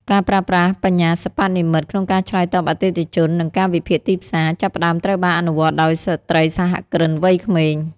ការប្រើប្រាស់បញ្ញាសិប្បនិម្មិត ក្នុងការឆ្លើយតបអតិថិជន និងការវិភាគទីផ្សារ ចាប់ផ្តើមត្រូវបានអនុវត្តដោយស្ត្រីសហគ្រិនវ័យក្មេង។